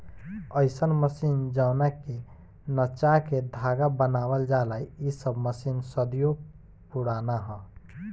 अईसन मशीन जवना के नचा के धागा बनावल जाला इ सब मशीन सदियों पुराना ह